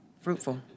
fruitful